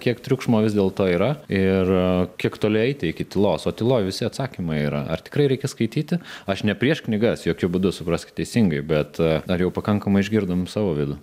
kiek triukšmo vis dėlto yra ir kiek toli eiti iki tylos o tyloj visi atsakymai yra ar tikrai reikia skaityti aš ne prieš knygas jokiu būdu supraskit teisingai bet ar jau pakankamai išgirdom savo vidų